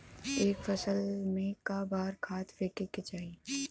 एक फसल में क बार खाद फेके के चाही?